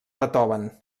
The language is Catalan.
beethoven